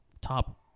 top